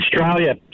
Australia